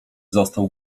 został